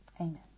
Amen